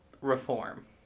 reform